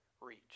reach